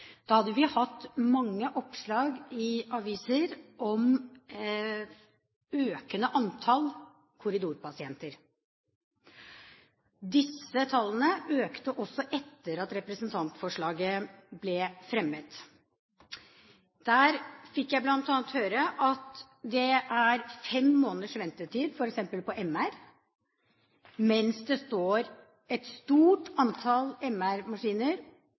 Da hadde vi hatt mange oppslag i avisene om et økende antall korridorpasienter. Disse tallene økte også etter at representantforslaget ble fremmet. Der fikk jeg bl.a. høre at det er fem måneders ventetid, f.eks. på MR, mens det står et stort antall